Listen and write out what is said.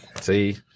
See